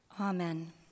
Amen